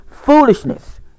Foolishness